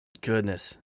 Goodness